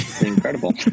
incredible